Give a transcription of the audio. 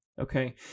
okay